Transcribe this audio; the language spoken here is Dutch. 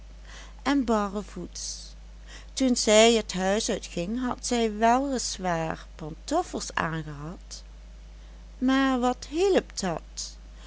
en barrevoets toen zij het huis uitging had zij wel is waar pantoffels aangehad maar wat hielp dat